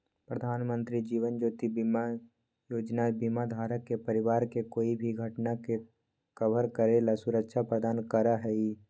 प्रधानमंत्री जीवन ज्योति बीमा योजना बीमा धारक के परिवार के कोई भी घटना के कवर करे ला सुरक्षा प्रदान करा हई